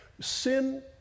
Sin